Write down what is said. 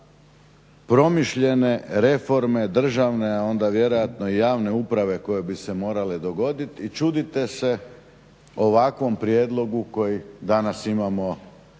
promišljene reforme državne a onda vjerojatno i javne uprave koje bi se morale dogoditi i čudite se ovakvom prijedlogu koji danas imamo prilike